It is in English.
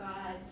God